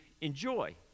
enjoy